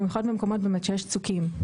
במיוחד במקומות שיש בהם צוקים.